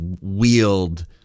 wield